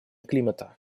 климата